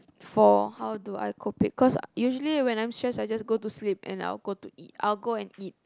for how do I cope it cause usually when I'm stressed I just go to sleep and I'll go to eat I'll go and eat